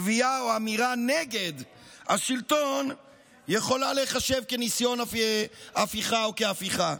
קביעה או אמירה נגד השלטון יכולה להיחשב כניסיון הפיכה או כהפיכה.